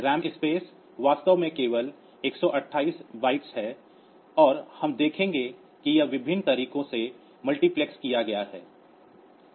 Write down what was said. RAM space वास्तव में केवल 128 बाइट्स है और हम देखेंगे कि यह विभिन्न तरीकों से मल्टीप्लेक्स किया गया है